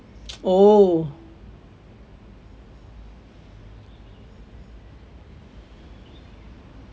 oh